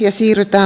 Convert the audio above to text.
ja siirtää